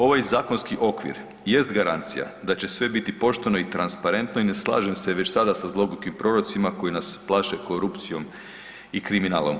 Ovaj zakonski okvir jest garancija da će sve biti pošteno i transparentno i ne slažem se već sada sa zlogukim prorocima koji nas plaše korupcijom i kriminalom.